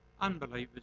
Unbelievers